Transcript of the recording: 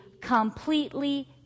Completely